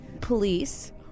police